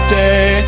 day